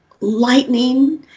lightning